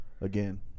Again